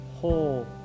whole